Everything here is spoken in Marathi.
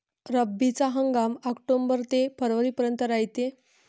रब्बीचा हंगाम आक्टोबर ते फरवरीपर्यंत रायते